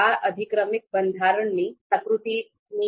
આ અધિક્રમિક બંધારણની પ્રકૃતિની રીત છે